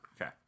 Okay